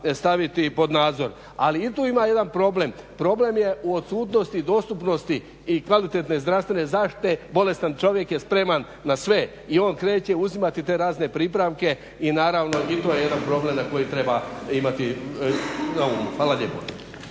treba pod nadzor. Ali i tu ima jedan problem, problem je u odsutnosti, dostupnosti i kvalitetne zdravstvene zaštite, bolestan čovjek je spreman na sve i on kreće uzimati te razne pripravke i naravno i to je jedan problem koji treba imati na umu. Hvala lijepo.